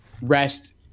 Rest